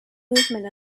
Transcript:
movement